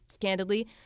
candidly